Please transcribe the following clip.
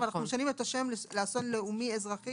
אבל אנחנו משנים את השם ל"אסון לאומי אזרחי".